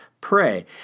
pray